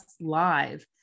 live